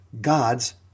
God's